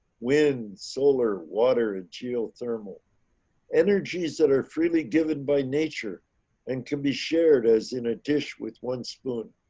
when solar water geothermal energies that are freely given by nature and can be shared, as in a dish with one spoon.